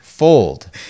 fold